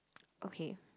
okay